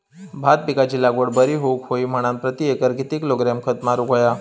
भात पिकाची लागवड बरी होऊक होई म्हणान प्रति एकर किती किलोग्रॅम खत मारुक होया?